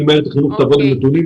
אם מערכת החינוך תבוא עם נתונים,